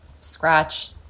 scratch